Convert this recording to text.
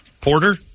Porter